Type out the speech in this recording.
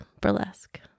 burlesque